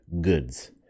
goods